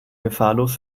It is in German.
gefahrlos